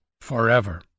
forever